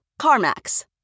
CarMax